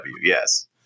Yes